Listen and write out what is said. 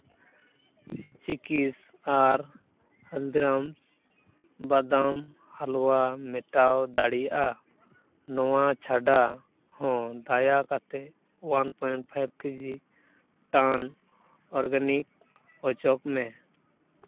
ᱪᱤᱠᱤᱥ ᱟᱨ ᱦᱚᱞᱫᱤᱨᱟᱢᱥ ᱵᱟᱫᱟᱢ ᱦᱟᱞᱩᱣᱟ ᱢᱮᱴᱟᱣ ᱫᱟᱲᱮᱣᱟᱜᱼᱟ ᱱᱚᱣᱟ ᱪᱷᱟᱰᱟ ᱦᱚᱸ ᱫᱟᱭᱟᱠᱟᱛᱮ ᱚᱣᱟᱱ ᱯᱚᱭᱮᱱᱴ ᱯᱷᱟᱭᱤᱵᱽ ᱠᱤᱡᱤ ᱴᱟᱱ ᱚᱨᱜᱟᱱᱤᱠ ᱚᱪᱚᱜᱽ ᱢᱮ